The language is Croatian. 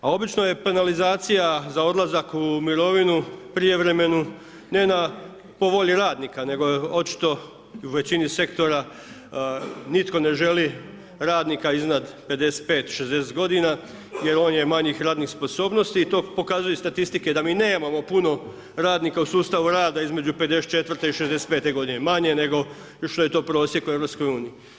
A obično je penalizacija za odlazak u mirovinu, prijevremenu, ne na, po volji radnika nego očito i u većini sektora nitko ne želi radnika iznad 55, 60 godina jer on je manjih radnih sposobnosti i to pokazuju i statistike da mi nemamo puno radnika u sustavu rada između 54 i 65 godine, manje nego, ... je to prosjek u EU.